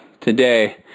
Today